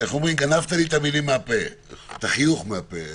איך אומרים, גנבת לי את החיוך מהפה.